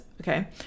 Okay